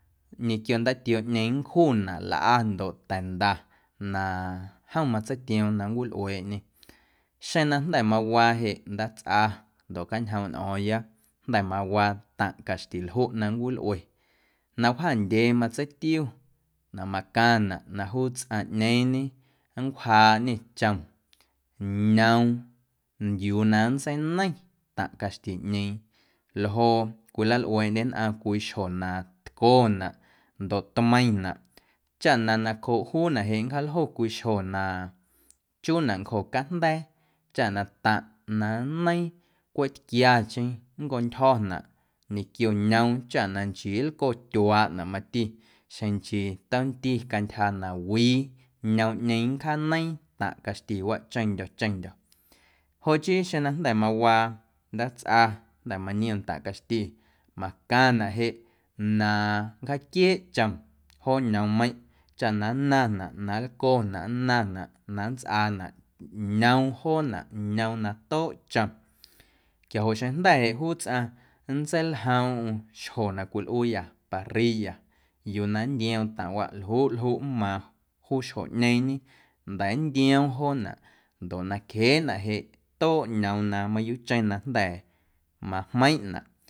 Ñequio ndaatiooꞌñeeⁿ nncjunaꞌ lꞌa ndoꞌ ta̱nda na jom matseitioom na nncwilꞌueeꞌñe xeⁿ na jnda̱ mawaa jeꞌ ndaatsꞌa ndoꞌ cjaañjoomꞌ nꞌo̱o̱ⁿya jnda̱ mawaa taⁿꞌ caxti ljuꞌ na nncwilꞌue na wjaandyee matseitiu na macaⁿnaꞌ na juu tsꞌaⁿꞌñeeⁿñe nncwjaaꞌñe chom ñoom yuu na nntseineiⁿ taⁿꞌ caxtiꞌñeeⁿ ljoo cwilalꞌueeꞌndye nnꞌaⁿ wii xjo na tconaꞌ ndoꞌ tmeiⁿnaꞌ chaꞌ na nacjooꞌ juunaꞌ jeꞌ nncaljo cwii xjo na chuunaꞌ ncjocajnda̱a̱ chaꞌ na taⁿꞌ na nneiiⁿ cweꞌ tquiacheⁿ nncontyjo̱naꞌ ñequio ñoom chaꞌ na nchii nlcotyuaaꞌnaꞌ mati xjeⁿ nchii tomnti cantyja na wii ñoomꞌñeeⁿ nncjaaneiiⁿ taⁿꞌ caxtiwaꞌ cheⁿndyo̱ cheⁿndyo̱ joꞌ chii xeⁿ na jnda̱ mawaa ndaatsꞌa jnda̱ maniom ntaⁿꞌ caxti macaⁿnaꞌ jeꞌ na nncjaaquieeꞌ chom joo ñoommeiⁿꞌ chaꞌ na nnaⁿnaꞌ na nlconaꞌ nnaⁿnaꞌ na nntsꞌaanaꞌ ñoom joonaꞌ ñoom na tooꞌ chom quiajoꞌ xeⁿjnda̱ jeꞌ juu tsꞌaⁿ nntseiljoomꞌm xjo na cwilꞌuuyâ parrilla yuu na nntioom taⁿꞌwaꞌ ljuꞌ ljuꞌ nmaaⁿ juu xjoꞌñeeⁿñe nda̱ nntiom joonaꞌ ndoꞌ nacjeeꞌnaꞌ jeꞌ tooꞌ ñoom na mayuuꞌcheⁿ na jnda̱ majmeiⁿꞌnaꞌ.